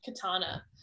katana